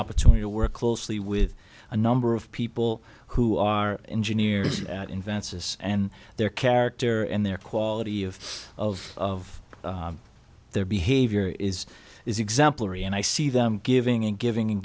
opportunity to work closely with a number of people who are engineers at invensys and their character and their quality of of their behavior is is exemplary and i see them giving and giving and